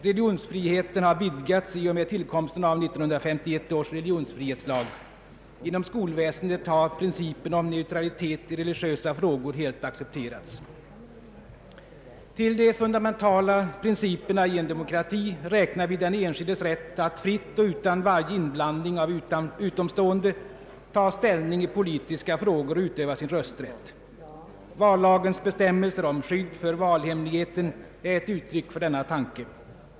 Religionsfriheten har vidgats i och med tillkomsten av 1951 års religionsfrihetslag. Inom skolväsendet har principen om neutralitet i religiösa frågor helt accepterats. Till de fundamentala principerna i en demokrati räknar vi den enskildes rätt att fritt och utan varje inblandning av utomstående ta ställning i politiska frågor och utöva sin rösträtt. Vallagens bestämmelser och skydd för valhemligheten är ett uttryck för denna tanke.